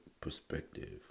perspective